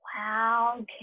Wow